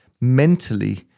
mentally